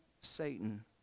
satan